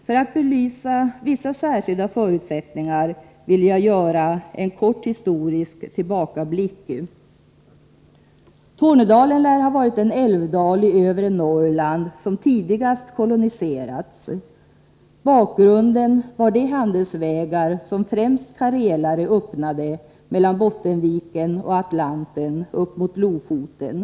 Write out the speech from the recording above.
För att belysa vissa särskilda förutsättningar vill jag göra en kort historisk tillbakablick. Tornedalen lär ha varit den älvdal i övre Norrland som tidigast koloniserades. Bakgrunden var de handelsvägar som främst karelare öppnade mellan Bottenviken och Atlanten, upp mot Lofoten.